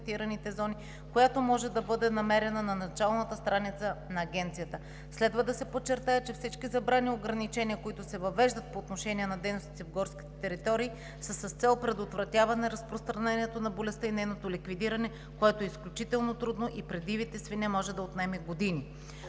която може да бъде намерена на началната страница на Агенцията. Следва да се подчертае, че всички забрани и ограничения, които се въвеждат по отношение на дейностите в горските територии са с цел предотвратяване разпространението на болестта и нейното ликвидиране, което е изключително трудно и при дивите свине може да отнеме години.